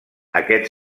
aquest